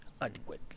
adequately